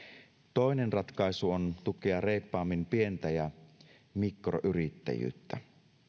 toinen ratkaisu on tukea reippaammin pientä ja mikroyrittäjyyttä